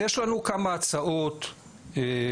יש לנו כמה הצעות פרקטיות,